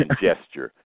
gesture